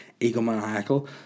egomaniacal